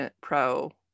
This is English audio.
pro